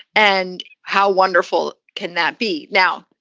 and how wonderful can that be? now,